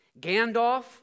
Gandalf